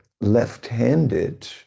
left-handed